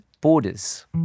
Borders